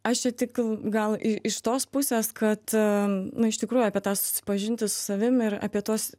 aš čia tik gal iš tos pusės kad nu iš tikrųjų apie tą susipažinti su savim ir apie tuos